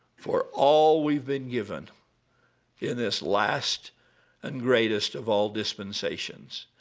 for all we've been given in this last and greatest of all dispensations,